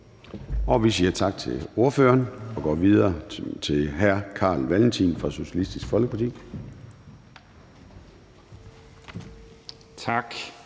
Vi siger tak til ordføreren og går videre til hr. Carl Valentin fra Socialistisk Folkeparti. Kl.